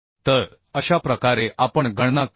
तर अशा प्रकारे आपण गणना करू